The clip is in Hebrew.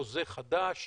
חוזה חדש,